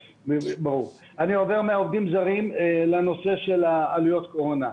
אני עובר מהעובדים הזרים לנושא של עלויות הקורונה.